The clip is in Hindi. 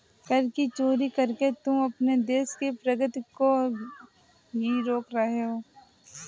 कर की चोरी करके तुम अपने देश की प्रगती को ही रोक रहे हो